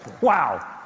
Wow